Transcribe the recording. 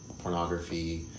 pornography